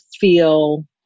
feel